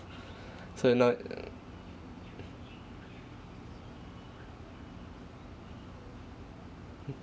so now err uh hmm